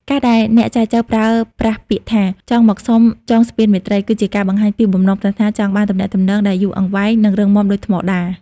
ការដែលអ្នកចែចូវប្រើប្រាស់ពាក្យថា "ចង់មកសុំចងស្ពានមេត្រី" គឺជាការបង្ហាញពីបំណងប្រាថ្នាចង់បានទំនាក់ទំនងដែលយូរអង្វែង និងរឹងមាំដូចថ្មដា។